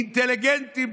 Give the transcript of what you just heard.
אינטליגנטים,